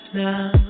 now